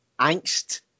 angst